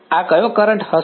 આ કયો કરંટ હશે